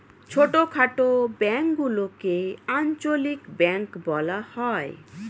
ছোটখাটো ব্যাঙ্কগুলিকে আঞ্চলিক ব্যাঙ্ক বলা হয়